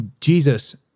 Jesus